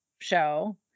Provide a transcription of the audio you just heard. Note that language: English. show